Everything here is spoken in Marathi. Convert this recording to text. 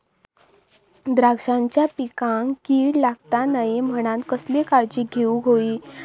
द्राक्षांच्या पिकांक कीड लागता नये म्हणान कसली काळजी घेऊक होई?